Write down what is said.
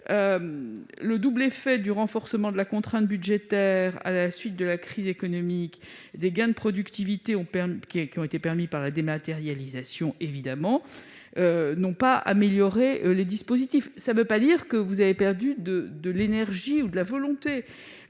Le double effet du renforcement de la contrainte budgétaire à la suite de la crise économique et des gains de productivité qui ont été permis par la dématérialisation n'a pas amélioré la situation. Cela ne veut pas dire que vous avez perdu de l'énergie ou de la volonté.